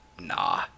nah